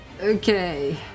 okay